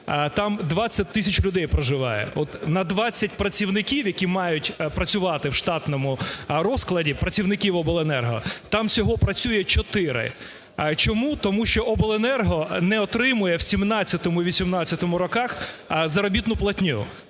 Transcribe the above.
там 20 тисяч людей проживає. На 20 працівників, які мають працювати в штатному розкладі, працівників обленерго, там всього працює 4. Чому? Тому що обленерго не отримує в 2017-2018 роках заробітну платню.